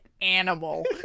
animal